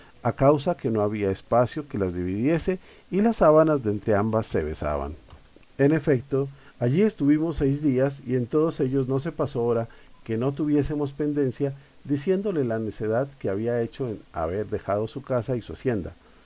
a causa que no había espacio que las dividiese y las sábanas de entrambas se besaban en efeto allí estuvimos seis días y en todos ellos no se pasó hora que no tuviésemos pendencia diciéndole la necedad que había hecho en haber dejado su casa y su hacienda